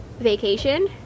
vacation